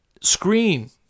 screen